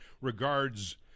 regards